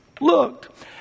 looked